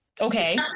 okay